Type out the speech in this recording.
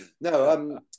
No